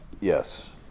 Yes